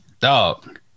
dog